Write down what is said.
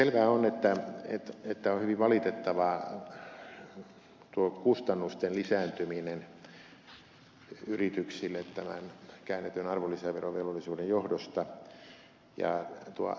selvää on että on hyvin valitettavaa kustannusten lisääntyminen yrityksille tämän käännetyn arvonlisäverovelvollisuuden johdosta